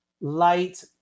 light